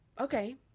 okay